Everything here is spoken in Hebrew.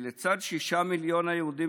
כי לצד שישה מיליון היהודים